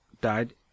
died